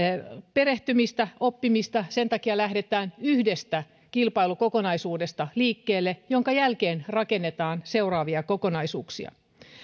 perehtymistä oppimista sen takia lähdetään yhdestä kilpailukokonaisuudesta liikkeelle minkä jälkeen rakennetaan seuraavia kokonaisuuksia